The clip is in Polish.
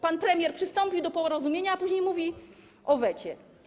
Pan premier przystąpił do porozumienia, a później mówi o wecie.